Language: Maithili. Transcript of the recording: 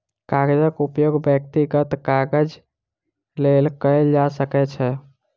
कागजक उपयोग व्यक्तिगत काजक लेल कयल जा सकै छै